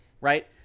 right